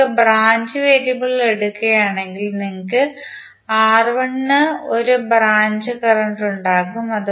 നിങ്ങൾ branch variable എടുക്കുകയാണെങ്കിൽ നിങ്ങൾക്ക് R1 ന് 1 ബ്രാഞ്ച് കറന്റ് ഉണ്ടാകും